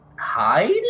hide